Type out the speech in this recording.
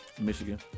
Michigan